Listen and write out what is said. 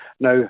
Now